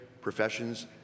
professions